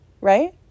right